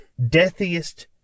deathiest